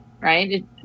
right